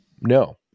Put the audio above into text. No